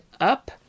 up